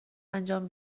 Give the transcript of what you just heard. انجام